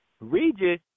Regis